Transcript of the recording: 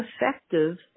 effective